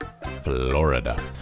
Florida